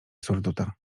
surduta